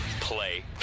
play